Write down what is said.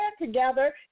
together